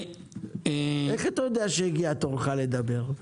איך אתה יודע שהגיע תורך לדבר?